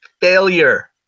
failure